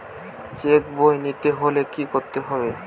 Check বই নিতে হলে কি করতে হবে?